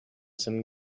some